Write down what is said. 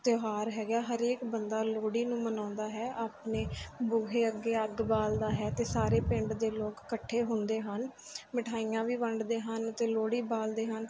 ਤਿਓਹਾਰ ਹੈਗਾ ਹਰੇਕ ਬੰਦਾ ਲੋਹੜੀ ਨੂੰ ਮਨਾਉਂਦਾ ਹੈ ਆਪਣੇ ਬੂਹੇ ਅੱਗੇ ਅੱਗ ਬਾਲਦਾ ਹੈ ਅਤੇ ਸਾਰੇ ਪਿੰਡ ਦੇ ਲੋਕ ਇਕੱਠੇ ਹੁੰਦੇ ਹਨ ਮਿਠਾਈਆਂ ਵੀ ਵੰਡਦੇ ਹਨ ਅਤੇ ਲੋਹੜੀ ਬਾਲਦੇ ਹਨ